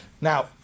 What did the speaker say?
Now